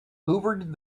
hoovered